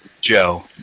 Joe